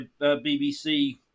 BBC